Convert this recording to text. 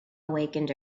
awakened